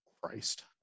Christ